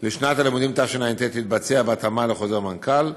לשנת הלימודים תשע"ט תיעשה בהתאמה לחוזר המנכ"ל,